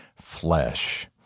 flesh